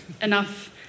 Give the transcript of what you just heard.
enough